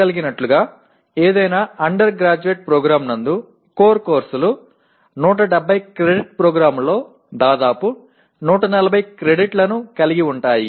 இன்றைய நிலவரப்படி நீங்கள் பார்த்தால் எந்த இளங்கலை திட்டத்திலும் முக்கிய பாடங்கள் 170 மதிப்பு திட்டங்களில் கிட்டத்தட்ட 140 மதிப்புகளை கொண்டுள்ளன